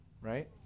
right